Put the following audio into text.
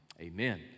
Amen